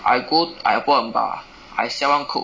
I go I open a bar I sell one coke